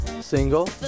Single